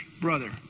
brother